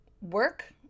work